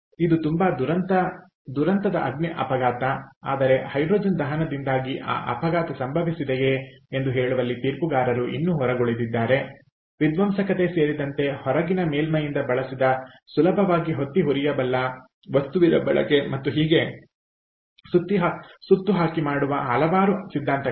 ಇದು ತುಂಬಾ ದುರಂತದ ಅಗ್ನಿ ಅಪಘಾತ ಆದರೆ ಹೈಡ್ರೋಜನ್ ದಹನದಿಂದಾಗಿ ಆ ಅಪಘಾತ ಸಂಭವಿಸಿದೆಯೆ ಎಂದು ಹೇಳುವಲ್ಲಿ ತೀರ್ಪುಗಾರರು ಇನ್ನೂ ಹೊರಗುಳಿದಿದ್ದಾರೆ ವಿಧ್ವಂಸಕತೆ ಸೇರಿದಂತೆ ಹೊರಗಿನ ಮೇಲ್ಮೈಯಲ್ಲಿ ಬಳಸಿದ ಸುಲಭವಾಗಿ ಹೊತ್ತಿ ಉರಿಯಬಲ್ಲ ವಸ್ತುವಿನ ಬಳಕೆ ಮತ್ತು ಹೀಗೆ ಸುತ್ತು ಹಾಕಿ ಮಾಡುವ ಹಲವಾರು ಸಿದ್ಧಾಂತಗಳಿವೆ